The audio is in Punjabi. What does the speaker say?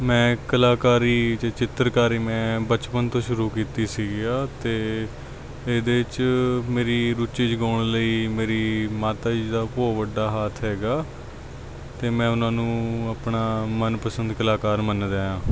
ਮੈਂ ਕਲਾਕਾਰੀ ਜੇ ਚਿੱਤਰਕਾਰੀ ਮੈਂ ਬਚਪਨ ਤੋਂ ਸ਼ੁਰੂ ਕੀਤੀ ਸੀਗੀ ਆ ਅਤੇ ਇਹਦੇ 'ਚ ਮੇਰੀ ਰੁਚੀ ਜਗਾਉਣ ਲਈ ਮੇਰੀ ਮਾਤਾ ਜੀ ਦਾ ਬਹੁਤ ਵੱਡਾ ਹੱਥ ਹੈਗਾ ਅਤੇ ਮੈਂ ਉਹਨਾਂ ਨੂੰ ਆਪਣਾ ਮਨ ਪਸੰਦ ਕਲਾਕਾਰ ਮੰਨ ਰਿਹਾ